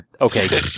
Okay